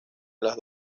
las